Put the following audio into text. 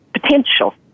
potential